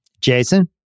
Jason